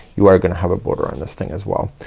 you are gonna have a border on this thing as well.